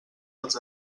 els